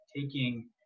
taking